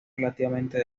relativamente